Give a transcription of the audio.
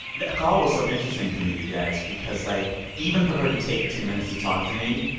that call was so interesting to me, you guys, because, like, even for her to take ten minutes to talk to me,